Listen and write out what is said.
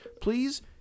Please